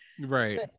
Right